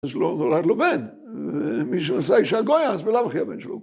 ‫אז נולד לו בן. ‫מי שנשא אישה גויה ‫אז בלאו הכי הבן שלו...